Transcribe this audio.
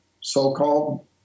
so-called